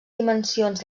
dimensions